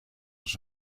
was